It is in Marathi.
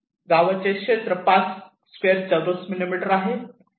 गावाचे क्षेत्र सुमारे 5 स्क्वेअर चौरस किलोमीटर आहे